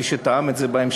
מי שטעם את זה בהמשך,